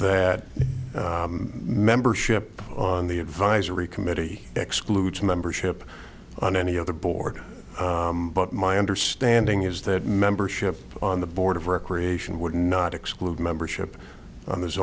that membership on the advisory committee excludes membership on any other board but my understanding is that membership on the board of recreation would not exclude membership in